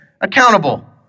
accountable